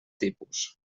tipus